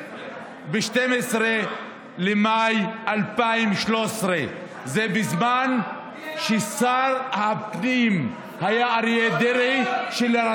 ב-12 במאי 2013. זה היה בזמן שאריה דרעי היה שר הפנים,